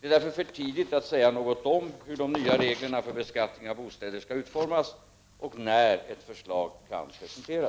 Det är därför för tidigt att säga något om hur de nya reglerna för beskattning av bostäder skall utformas och när ett förslag kan presenteras.